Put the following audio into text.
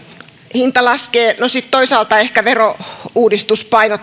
hinta laskee no sitten toisaalta ehkä verouudistus